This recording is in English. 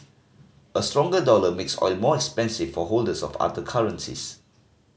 a stronger dollar makes oil more expensive for holders of other currencies